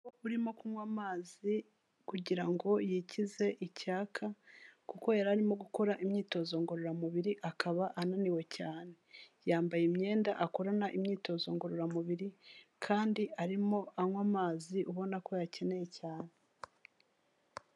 Umugabo urimo kunywa amazi kugira ngo yikize icyaka kuko yari arimo gukora imyitozo ngororamubiri akaba ananiwe cyane, yambaye imyenda akorana imyitozo ngororamubiri kandi arimo anywa amazi ubona ko ayakeneye cyane.